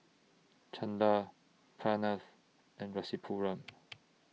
Chanda Pranav and Rasipuram